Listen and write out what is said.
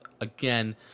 again